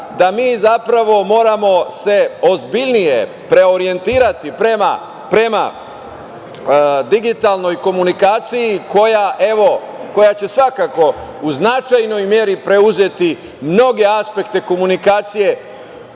se mi zapravo moramo se ozbiljnije preorijentisati prema digitalnoj komunikaciji, koja će svakako u značajnoj meri preuzeti mnoge aspekte komunikacije